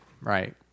right